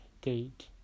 date